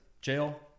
Jail